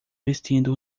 vestindo